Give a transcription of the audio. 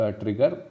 trigger